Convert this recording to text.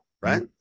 right